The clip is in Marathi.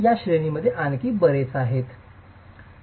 तर या श्रेणीमध्ये आणखी बरेच आहेत